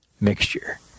mixture